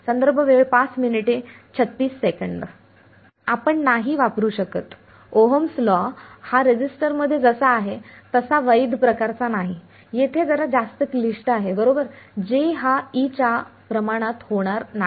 आपण नाही वापरु शकत ओहम्स् लॉ हा रेझिस्टरमध्ये जसा आहे तसा वैध प्रकारचा नाही येथे जरा जास्त क्लिष्ट आहेबरोबर J हा E च्या प्रमाणात होणार नाही